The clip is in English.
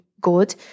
good